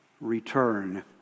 return